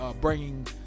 bringing